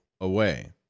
away